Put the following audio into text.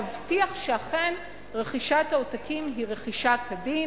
להבטיח שאכן רכישת העותקים היא רכישה כדין